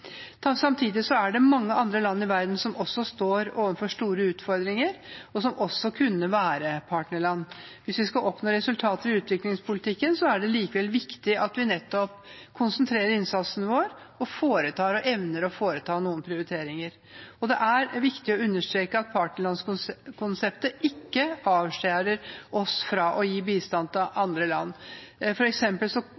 Samtidig er det mange andre land i verden som også står overfor store utfordringer, og som også kunne være et partnerland. Hvis vi skal oppnå resultater i utviklingspolitikken, er det likevel viktig at vi nettopp konsentrerer innsatsen vår og evner å foreta noen prioriteringer. Det er viktig å understreke at partnerlandskonseptet ikke avskjærer oss fra å gi bistand til